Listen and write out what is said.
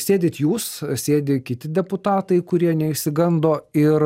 sėdit jūs sėdi kiti deputatai kurie neišsigando ir